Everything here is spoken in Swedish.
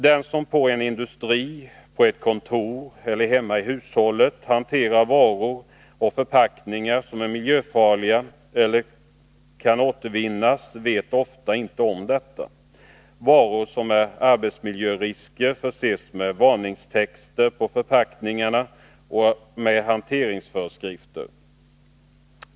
Den som på en industri, på ett kontor eller hemma i hushållet hanterar varor och förpackningar som är miljöfarliga eller kan återvinnas vet ofta inte om detta. Varor som är arbetsmiljörisker förses med varningstexter på förpackningarna och med hanteringsföreskrifter.